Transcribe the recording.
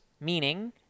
meaning